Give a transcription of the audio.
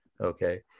Okay